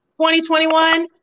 2021